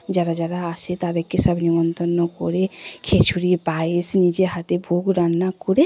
যারা যারা আসে তাদেরকে সব নেমন্তন্ন করে খিচুড়ি পায়েস নিজের হাতে ভোগ রান্না করে